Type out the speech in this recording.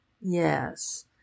Yes